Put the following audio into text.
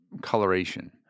coloration